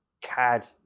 CAD